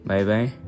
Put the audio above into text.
Bye-bye